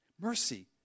mercy